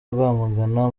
rwamagana